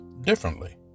differently